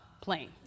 plane